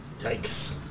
Yikes